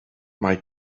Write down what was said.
mae